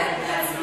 אני מקבלת בעצמי.